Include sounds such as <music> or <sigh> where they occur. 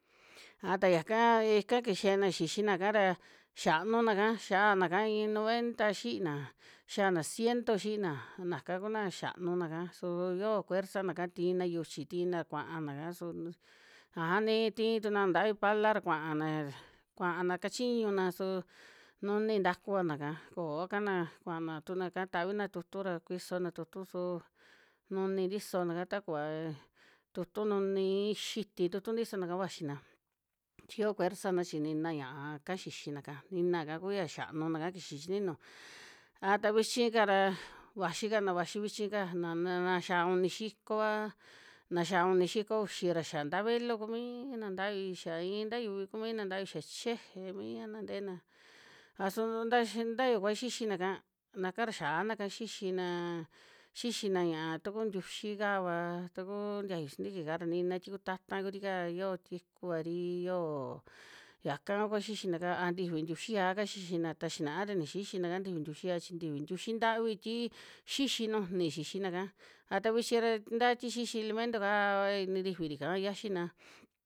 A ta yaka ika kixana xixina'ka ra xianuna'ka xiaana'ka iin noventa xiina, xiana ciento xiina, naka kuna xianuna'ka su yoo kuersanaka tiina yuchi tina, kuaa naka su nt, aja ni tii tukuna na ntavi pala ra kuaana, kuaana kachiñuna su nuni ntaku vana'ka koo kana kuna tunaka tavina tu'utu ra kuisona tu'utu, su nuni ntisona'ka ta kuva tu'utu nuni iin xiti tu'utu tisona'ka vaxina, <noise> chi yo kuersana chi nina ña'aka xixina'ka ninaka kuya xianuna'ka kixi chi ninu, a ta vichi ka ra vaxi kana, vaxi vichika na'na xia uni xiko'va, na xia uni xiko uxi ra xia nta velo kumiina nna ntavi, xia iin ta yuvi kuu mina ntavi xia cheje miana nteena, a suu tax ta ya kuya xixina'ka, naka ra xiaana'ka xixina, xixina ña'a taku ntiuyi'kava ta ku ntiayu sintiki'ka ra nina ti ku ta'ta kuri'ka yoo tikuari, yoo yaka kua xixina'ka, a ntifi ntiuxi yaaka xixina, ta xinaa ra ni xixina'ka ntifi ntiuxi yaa chi ntfi ntiuxi ntavi ti xixi nujuni xixina'ka, a ta vichi ra nta ti xixi limento'ka va ni ntifiri'ka xiaxina.